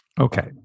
Okay